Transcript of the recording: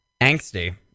Angsty